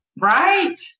Right